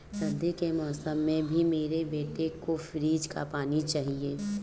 सर्दी के मौसम में भी मेरे बेटे को फ्रिज का पानी चाहिए